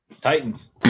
Titans